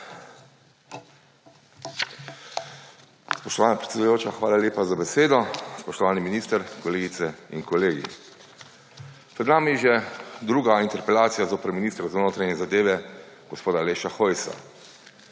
Spoštovana predsedujoča, hvala lepa za besedo. Spoštovani minister, kolegice in kolegi! Pred nami je že druga interpelacija zoper ministra za notranje zadeve, gospoda Aleša Hojsa.